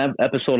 episode